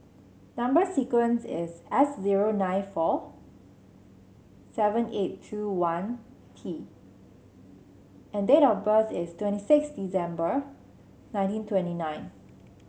number sequence is S zero nine four seven eight two one T and date of birth is twenty six December nineteen twenty nine